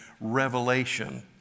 revelation